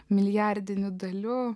milijardinių dalių